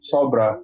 Sobra